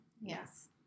Yes